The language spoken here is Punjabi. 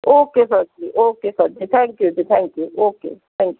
okay sir ji okay sir ji thank you ji thank you ji okay thank